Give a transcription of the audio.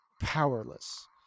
powerless